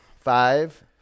five